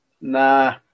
Nah